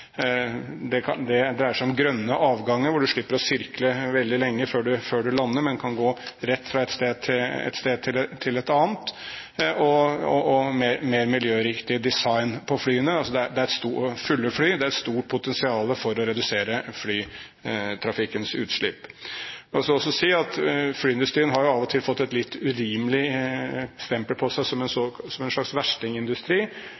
Det dreier seg om grønne avganger hvor man slipper å sirkle veldig lenge før man lander, men kan fly rett fra et sted til et annet, mer miljøriktig design på flyene og fulle fly. Det er et stort potensial for å redusere flytrafikkens utslipp. Jeg vil også si at flyindustrien av og til har fått et litt urimelig stempel på seg som en